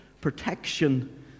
protection